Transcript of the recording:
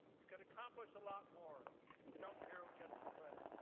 you can accomplish a lot more if you don't care who gets the credit.